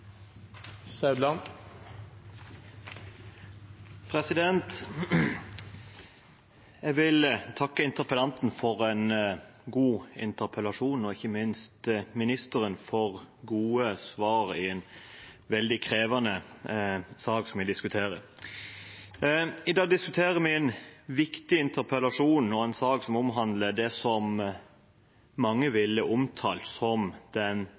Jeg vil takke interpellanten for en god interpellasjon og ikke minst utenriksministeren for gode svar i den veldig krevende saken vi diskuterer. I dag diskuterer vi en viktig interpellasjon og en sak som omhandler det som mange ville omtalt som den